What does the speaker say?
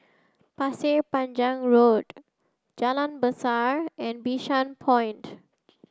Pasir Panjang Road Jalan Besar and Bishan Point